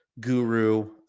guru